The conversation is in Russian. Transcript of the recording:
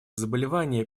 заболевания